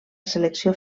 selecció